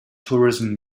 tourism